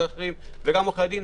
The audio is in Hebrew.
גם עורכי הדין.